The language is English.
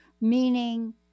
meaning